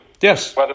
yes